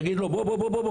יגיד להם: בואו לחקירות,